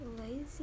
lazy